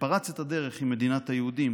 כשפרץ את הדרך עם מדינת היהודים